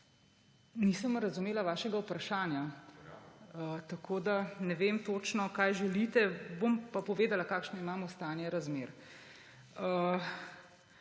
nisem razumela vašega vprašanja, tako da ne vem, kaj točno želite. Bom pa povedala, kakšno imamo stanje razmer.